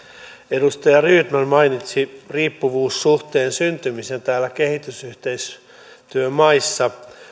edustaja rydman mainitsi riippuvuussuhteen syntymisen kehitysyhteistyömaissa